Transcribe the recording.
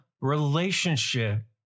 relationship